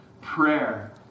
prayer